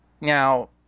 now